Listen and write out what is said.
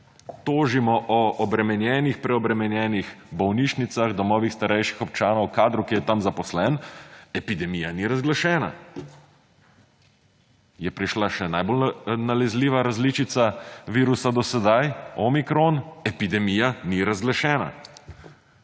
Tožimo o obremenjenih, preobremenjenih bolnišnicah, domovih starejših občanov, kadru, ki je tam zaposlenih – epidemija ni razglašena. Je prišla še najbolj nalezljiva različica virusa do sedaj, omikron – epidemija ni razglašena.